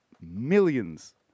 millions